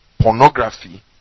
pornography